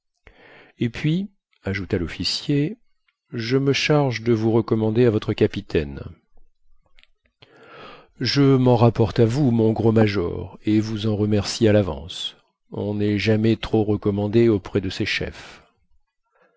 et puis ajouta lofficier je me charge de vous recommander à votre capitaine je men rapporte à vous mon gros major et vous en remercie à lavance on nest jamais trop recommandé auprès de ses chefs